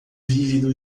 vívido